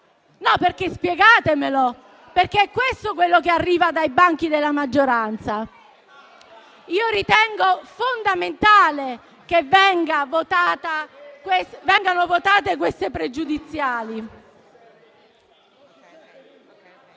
mio corpo? Spiegatemelo, perché è questo quello che arriva dai banchi della maggioranza. *(Commenti)*. Io ritengo fondamentale che vengano votate queste pregiudiziali.